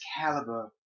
caliber